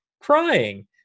crying